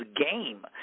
game